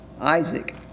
Isaac